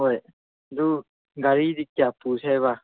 ꯍꯣꯏ ꯑꯗꯨ ꯒꯥꯔꯤꯗꯤ ꯀꯌꯥ ꯄꯨꯁꯤ ꯍꯥꯏꯕ